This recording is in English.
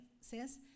says